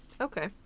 Okay